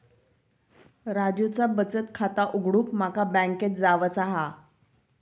राजूचा बचत खाता उघडूक माका बँकेत जावचा हा